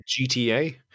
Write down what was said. gta